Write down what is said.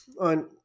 on